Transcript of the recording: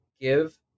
give